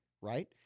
Right